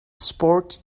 sport